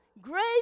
great